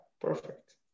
perfect